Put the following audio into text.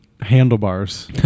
handlebars